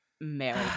Mary